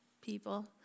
people